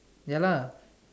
ya lah